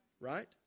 Right